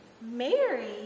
Mary